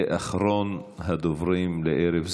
יעלה אחרון הדוברים לערב זה,